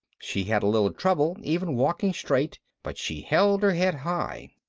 she had a little trouble even walking straight, but she held her head high.